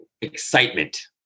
excitement